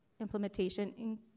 implementation